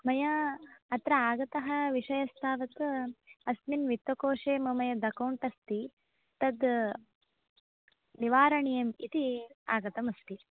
मया अत्र आगतः विषयस्तावत् अस्मिन् वित्तकोशे मम यद् अकौण्ट् अस्ति तत् निवारणीयम् इति आगतमस्ति